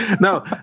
No